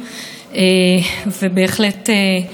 אין מילים לנחם,